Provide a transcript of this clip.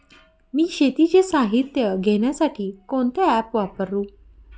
मी शेतीचे साहित्य घेण्यासाठी कोणते ॲप वापरु?